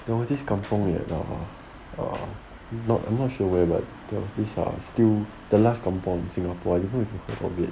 there was this kampung that uh uh I'm not I'm not sure where but there was this uh still the last kampung in singapore I don't know if you have heard of it